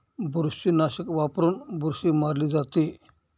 बुरशीनाशक वापरून बुरशी मारली जाते